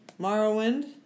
Morrowind